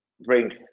bring